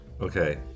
Okay